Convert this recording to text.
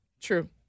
True